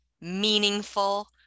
meaningful